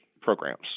programs